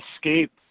escape